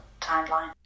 timeline